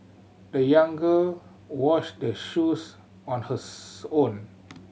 the young girl washed their shoes on hers own